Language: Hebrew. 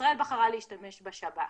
ישראל בחרה להשתמש בשב"כ.